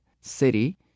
city